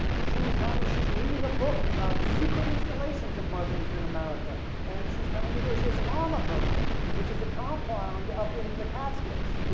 she was telling me she's reading a book about secret installations of muslims in america and she's telling me there's there's along um a bird which is a compound up in the catskills